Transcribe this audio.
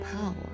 power